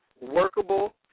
workable